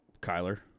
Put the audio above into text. Kyler